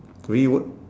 we would